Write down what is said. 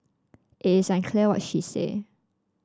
it is unclear what she said